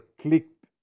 clicked